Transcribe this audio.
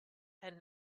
and